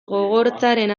gogortzaren